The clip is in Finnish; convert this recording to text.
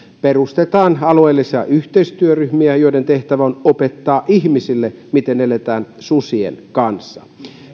perustetaan alueellisia yhteistyöryhmiä joiden tehtävä on opettaa ihmisille miten eletään susien kanssa